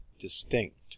distinct